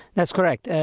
that's correct.